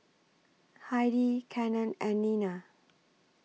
Heidi Cannon and Nina